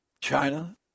China